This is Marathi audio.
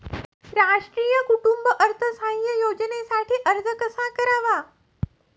राष्ट्रीय कुटुंब अर्थसहाय्य योजनेसाठी अर्ज कसा करावा?